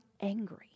angry